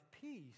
peace